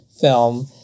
film